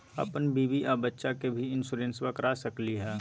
अपन बीबी आ बच्चा के भी इंसोरेंसबा करा सकली हय?